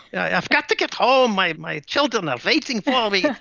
i've got to get home, my my children are waiting for me,